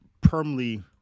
permanently